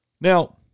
Now